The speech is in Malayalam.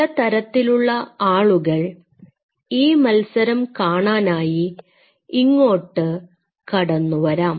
പലതരത്തിലുള്ള ആളുകൾ ഈ മത്സരം കാണാനായി ഇങ്ങോട്ട് കടന്നുവരാം